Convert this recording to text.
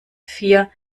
vier